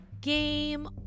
Game